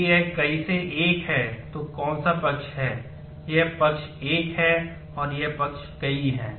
यदि यह कई से 1 है तो कौन सा पक्ष 1 है यह पक्ष 1 है और यह पक्ष कई है